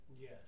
Yes